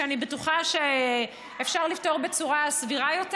שאני בטוחה שאפשר לפתור בצורה סבירה יותר.